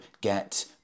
get